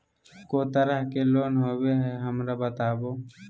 को तरह के लोन होवे हय, हमरा बताबो?